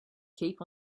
keep